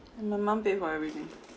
my mom pay for everything